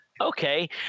Okay